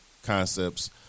concepts